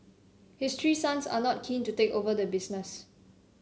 his three sons are not keen to take over the business